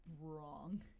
wrong